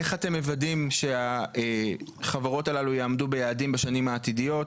איך אתם מוודאים שהחברות הללו יעמדו ביעדים בשנים העתידיות,